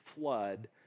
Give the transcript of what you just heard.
flood